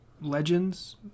legends